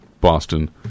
boston